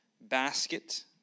basket